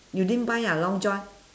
you didn't buy ah long john